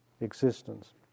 existence